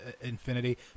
Infinity